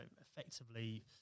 effectively